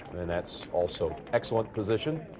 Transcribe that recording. and that's also excellent position.